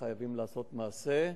וחייבים לעשות מעשה.